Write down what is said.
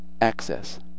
access